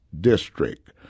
district